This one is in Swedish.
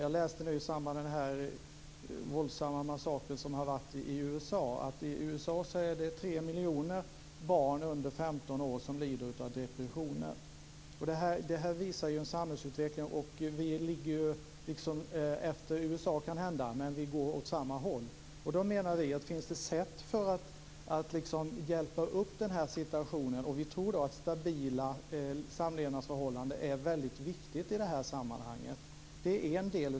Jag läste i samband med den här våldsamma massakern som har varit i USA att det i USA är tre miljoner barn under 15 år som lider av depressioner. Det här visar en samhällsutveckling. Vi ligger kanhända efter USA, men vi går åt samma håll. Då menar vi att vi måste hjälpa upp den här situationen, och vi tror att stabila samlevnadsförhållanden är väldigt viktiga i det sammanhanget. Det är en del.